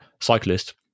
cyclist